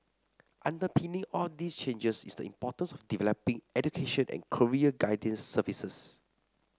underpinning all these changes is the importance of developing education and career guidance services